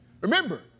Remember